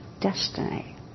destiny